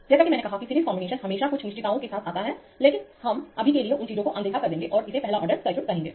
जैसा कि मैंने कहा कि सीरीज कॉम्बिनेशन हमेशा कुछ निश्चितताओं के साथ आता है लेकिन हम अभी के लिए उन चीजों को अनदेखा कर देंगे और इसे पहला ऑर्डर सर्किट कहेंगे